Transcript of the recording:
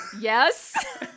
Yes